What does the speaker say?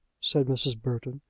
said mrs. burton,